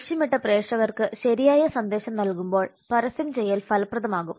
ലക്ഷ്യമിട്ട പ്രേക്ഷകർക്ക് ശരിയായ സന്ദേശം നൽകുമ്പോൾ പരസ്യം ചെയ്യൽ ഫലപ്രദമാകും